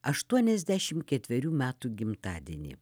aštuoniasdešim ketverių metų gimtadienį